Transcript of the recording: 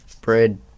Bread